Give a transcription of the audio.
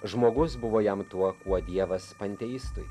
žmogus buvo jam tuo kuo dievas panteistui